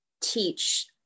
teach